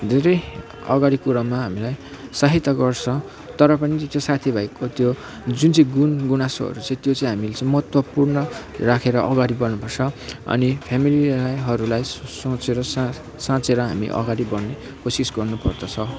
धेरै अगाडि कुरामा हामीलाई सहायता गर्छ तर पनि त्यो साथी भाइको त्यो जुन चाहिँ गुन गुनासोहरू चाहिँ त्यो चाहिँ हामीले चाहिँ महत्त्वपुर्ण राखेर अगाडि बढ्नु पर्छ अनि फेमिलीलाई हरूलाई सोँचेर साचेर हामी अगाडिक बढ्ने कोसिस गर्नु पर्दछ